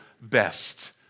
best